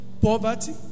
poverty